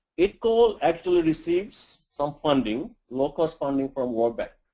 idcol actually receives some funding, low-cost funding from world bank